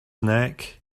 neck